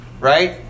Right